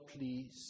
please